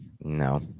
No